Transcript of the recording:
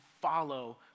follow